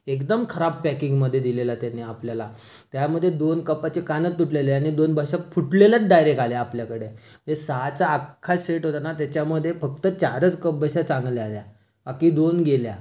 एकदम खराब पॅकिंगमध्ये दिलेला त्यांनी आपल्याला त्यामध्ये दोन कपाचे कानच तुटलेले आणि दोन बश्या फ़ुटलेल्याच डायरेक आल्या आपल्याकडे सहाचा आख्खा सेट होता ना त्याच्यामध्ये फक्त चारच कपबश्या चांगल्या आल्या बाकी दोन गेल्या